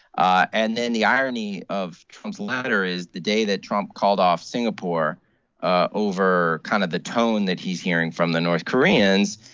ah and then, the irony of trump's letter is the day that trump called off singapore ah over kind of the tone that he's hearing from the north koreans,